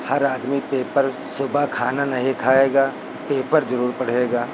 हर आदमी पेपर सुबह खाना नहीं खाएगा पेपर ज़रूर पढ़ेगा